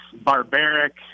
barbaric